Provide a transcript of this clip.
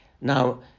Now